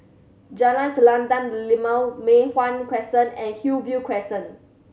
Jalan Selendang Delima Mei Hwan Crescent and Hillview Crescent